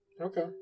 Okay